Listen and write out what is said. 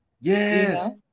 Yes